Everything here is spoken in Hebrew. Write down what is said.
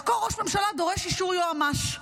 לחקור ראש ממשלה דורש אישור יועמ"ש.